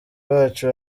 bacu